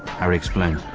harry explained.